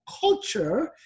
culture